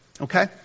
Okay